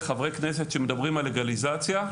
חברי כנסת שמדברים על לגליזציה,